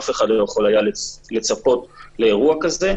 אף אחד לא יכול היה לצפות לאירוע כזה.